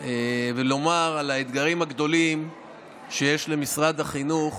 ולומר על האתגרים הגדולים שיש למשרד החינוך